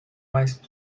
mice